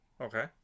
Okay